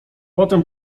potem